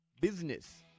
business